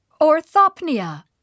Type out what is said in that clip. Orthopnea